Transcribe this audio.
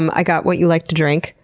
um i got what you like to drink.